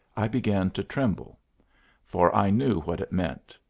i began to tremble for i knew what it meant.